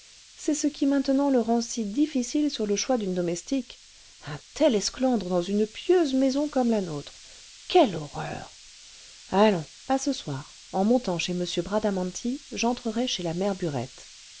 c'est ce qui maintenant le rend si difficile sur le choix d'une domestique un tel esclandre dans une pieuse maison comme la nôtre quelle horreur allons à ce soir en montant chez m bradamanti j'entrerai chez la mère burette